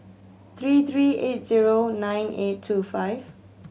three three eight zero nine eight two five